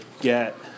get